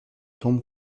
tombe